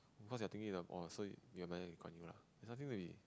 because you are thinking the oh so you admire Lee Kuan Yew lah there's nothing to be